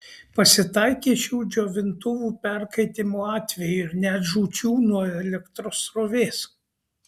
pasitaikė šių džiovintuvų perkaitimo atvejų ir net žūčių nuo elektros srovės